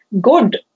good